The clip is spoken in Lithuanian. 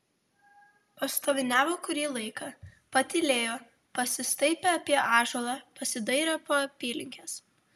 pastoviniavo kurį laiką patylėjo pasistaipė apie ąžuolą pasidairė po apylinkes